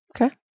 Okay